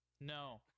No